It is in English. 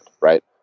Right